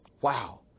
Wow